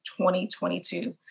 2022